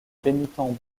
pénitents